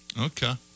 Okay